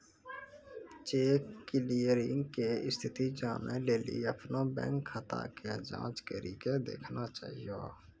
cheque clearing के स्थिति जानै लेली अपनो बैंक खाता के जांच करि के देखना चाहियो